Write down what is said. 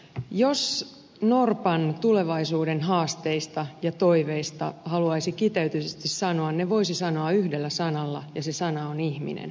jos norpan tulevaisuuden haasteista ja toiveista haluaisi kiteytetysti sanoa ne voisi sanoa yhdellä sanalla ja se sana on ihminen